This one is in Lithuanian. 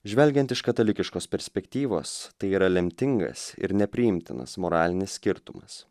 žvelgiant iš katalikiškos perspektyvos tai yra lemtingas ir nepriimtinas moralinis skirtumas